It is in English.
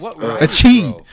achieve